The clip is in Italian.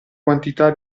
quantità